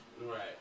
Right